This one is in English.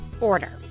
order